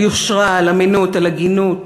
על יושרה, על אמינות, על הגינות.